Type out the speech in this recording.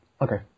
Okay